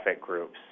groups